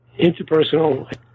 interpersonal